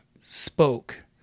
spoke